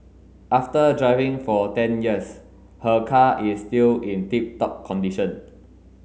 after driving for ten years her car is still in tip top condition